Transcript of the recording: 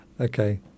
okay